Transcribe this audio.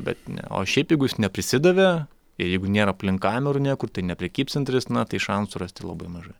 bet ne o šiaip jeigu jis neprisidavė ir jeigu nėra aplink kamerų niekur tai ne prekybcentris na tai šansų rasti labai mažai